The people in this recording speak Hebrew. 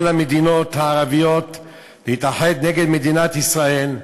המדינות הערביות להתאחד נגד מדינת ישראל,